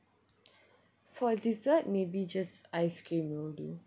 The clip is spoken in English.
for dessert maybe just ice cream will do